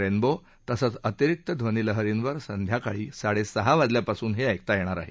rainbow तसंच अतिरिक्त ध्वनीलहरींवर संध्याकाळी साडेसहा वाजल्यापासून हे ऐकता येईल